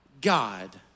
God